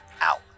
out